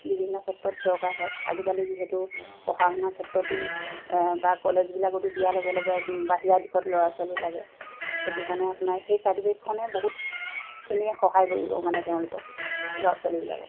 বিভিন্ন ক্ষেত্ৰত দৰকাৰ হয় আজিকালি যিহেতু পঢ়া শুনা ক্ষেত্ৰতো বা কলেজবিলাকতো দিয়াৰ লগে লগে বাহিৰা দিশত ল'ৰা ছোৱালী লাগে সেইটো কাৰণে আপোনাৰ সেই চাৰ্টিফিকেটখনে বহুতখিনি সহায় কৰিব মানে তেওঁলোকক ল'ৰা ছোৱালীবিলাকক